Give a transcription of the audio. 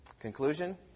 Conclusion